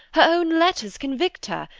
her own letters convict her.